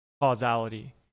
causality